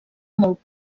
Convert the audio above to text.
molt